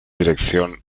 dirección